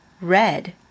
red